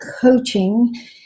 coaching